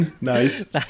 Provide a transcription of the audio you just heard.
Nice